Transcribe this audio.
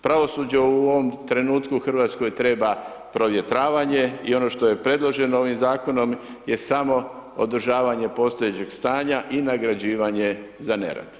Pravosuđe u ovom trenutku, Hrvatskoj treba provjetravanje i ono što je predloženo ovim zakonom, je samo održavanje postojećeg stanja i nagrađivanje za nerad.